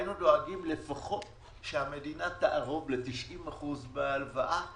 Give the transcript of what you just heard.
היינו דואגים לפחות שהמדינה תערוב ל-90% בהלוואה.